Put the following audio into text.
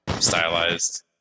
stylized